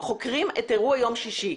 חוקרים את אירוע יום שישי.